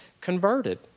converted